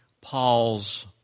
Paul's